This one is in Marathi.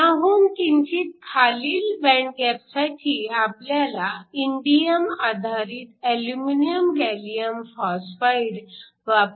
ह्याहून किंचित खालील बँड गॅप साठी आपल्याला इंडिअम आधारित aluminium gallium phosphide aluminum gallium phosphide